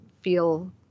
feel